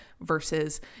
versus